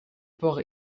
port